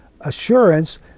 assurance